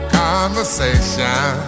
conversation